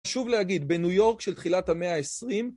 שוב להגיד בניו יורק של תחילת המאה העשרים